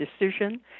decision